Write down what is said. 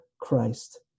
Christ